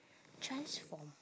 transform